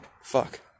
fuck